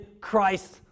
Christ